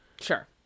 Sure